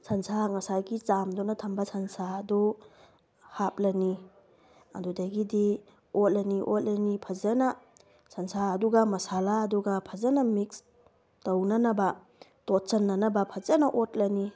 ꯁꯟꯁꯥ ꯉꯁꯥꯏꯒꯤ ꯆꯥꯝꯗꯨꯅ ꯊꯝꯕ ꯁꯟꯁꯥ ꯑꯗꯨ ꯍꯥꯞꯂꯅꯤ ꯑꯗꯨꯗꯒꯤꯗꯤ ꯑꯣꯠꯂꯅꯤ ꯑꯣꯠꯂꯅꯤ ꯐꯖꯅ ꯁꯟꯁꯥ ꯑꯗꯨꯒ ꯃꯁꯂꯥ ꯑꯗꯨꯒ ꯐꯖꯅ ꯃꯤꯛꯁ ꯇꯧꯅꯅꯕ ꯇꯣꯠꯁꯤꯟꯅꯅꯕ ꯐꯖꯅ ꯑꯣꯠꯂꯅꯤ